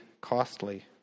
costly